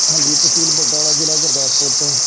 ਹਾਂਜੀ ਤਹਿਸੀਲ ਬਟਾਲਾ ਜ਼ਿਲ੍ਹਾ ਗੁਰਦਾਸਪੁਰ ਤੋਂ